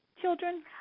children